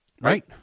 Right